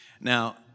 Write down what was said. Now